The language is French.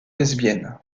lesbienne